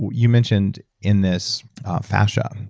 you mentioned in this fascia,